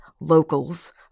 locals